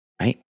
Right